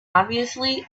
obviously